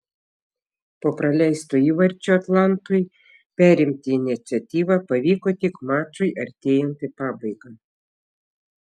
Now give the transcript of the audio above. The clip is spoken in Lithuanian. po praleisto įvarčio atlantui perimti iniciatyvą pavyko tik mačui artėjant į pabaigą